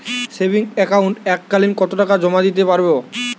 Savings একাউন্টে এক কালিন কতটাকা জমা দিতে পারব?